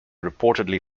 reportedly